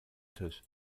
tisch